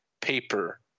paper